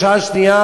בשעה השנייה